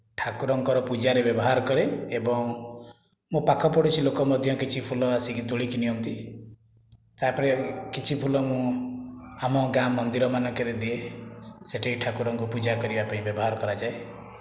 ଠାକୁରଙ୍କର ପୂଜାରେ ବ୍ୟବହାର କରେ ଏବଂ ମୋ ପାଖ ପଡ଼ୋଶୀ ଲୋକ ମଧ୍ୟ କିଛି ଫୁଲ ଆସିକି ତୋଳିକି ନିଅନ୍ତି ତା'ପରେ କିଛି ଫୁଲ ମୁଁ ଆମ ଗାଁ ମନ୍ଦିର ମାନଙ୍କରେ ଦିଏ ସେଠି ଠାକୁରଙ୍କୁ ପୂଜା କରିବା ପାଇଁ ବ୍ୟବହାର କରାଯାଏ